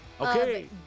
Okay